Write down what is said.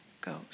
goes